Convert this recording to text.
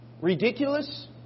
ridiculous